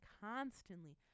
constantly